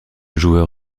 joueur